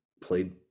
played